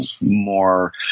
more